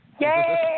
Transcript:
Yay